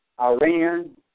Iran